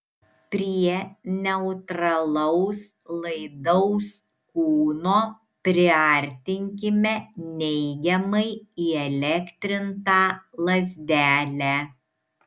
prie neutralaus laidaus kūno priartinkime neigiamai įelektrintą lazdelę